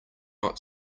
not